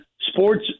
sports